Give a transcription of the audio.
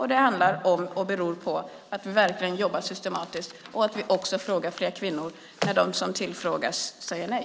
Det handlar om och beror på att vi verkligen jobbar systematiskt och frågar fler kvinnor när de som tillfrågas säger nej.